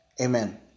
amen